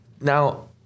Now